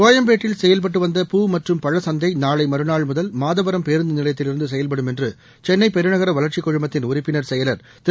கோயம்பேட்டில் செயல்பட்டு வந்த பூ மற்றும் பழ சந்தை நாளை மறுநாள் முதல் மாதவர பேருந்து நிலையத்தில் இருந்து செயல்படும் என்று சென்னை பெருநகர வளர்ச்சிக் குழுமத்தின் உறப்பினர் செயலர் திரு